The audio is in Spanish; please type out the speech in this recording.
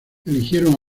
eligieron